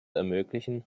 ermöglichen